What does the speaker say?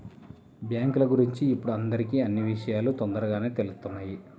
బ్యేంకుల గురించి ఇప్పుడు అందరికీ అన్నీ విషయాలూ తొందరగానే తెలుత్తున్నాయి